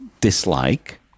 dislike